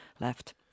left